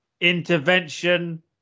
Intervention